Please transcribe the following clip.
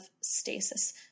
stasis